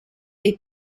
dei